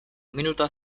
minuta